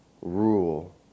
rule